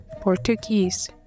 Portuguese